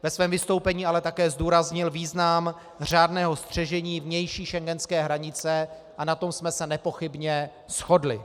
Ve svém vystoupení ale také zdůraznil význam řádného střežení vnější schengenské hranice a na tom jsme se nepochybně shodli.